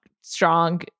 strong